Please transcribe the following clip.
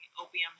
opium